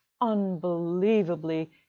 Unbelievably